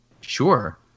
sure